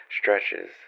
stretches